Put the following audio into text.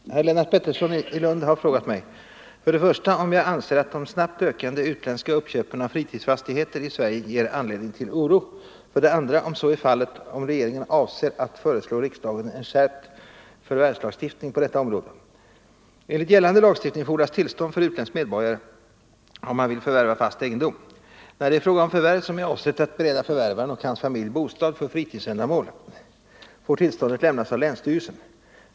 Herr talman! Herr Pettersson i Lund har frågat mig för det första om jag anser att de snabbt ökande utländska uppköpen av fritidsfastigheter i Sverige ger anledning till oro, för det andra, om så är fallet, om regeringen avser att föreslå riksdagen en skärpt förvärvslagstiftning på detta område. Enligt gällande lagstiftning fordras tillstånd för att utländsk medborgare skall få förvärva fast egendom. När det är fråga om förvärv som är avsett att bereda förvärvaren och hans familj bostad för fritidsändamål, får tillståndet lämnas av länsstyrelsen.